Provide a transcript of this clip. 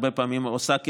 הרבה פעמים עושה כרצונה,